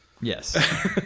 Yes